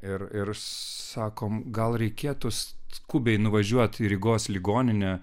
ir ir sakom gal reikėtų skubiai nuvažiuoti į rygos ligoninę